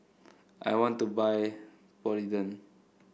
I want to buy Polident